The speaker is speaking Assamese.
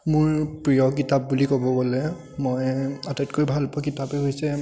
মোৰ প্ৰিয় কিতাপ বুলি ক'ব গ'লে মই আটাইতকৈ ভাল পোৱা কিতাপেই হৈছে